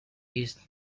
east